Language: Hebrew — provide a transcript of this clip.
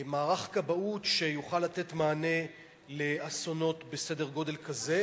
וממערך כבאות שיוכל לתת מענה לאסונות בסדר-גודל כזה,